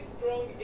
strong